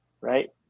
right